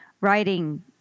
writing